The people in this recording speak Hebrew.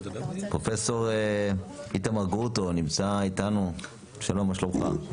שלום, מה שלומך?